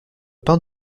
pain